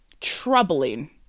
troubling